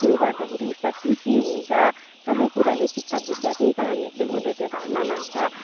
त्यो गर्दाखेरि उसलाई खुसी हुन्छ सबै कुराले चित्त बुझ्छ त्यही कारणले चाहिँ उसले त्यो धर्म मान्छ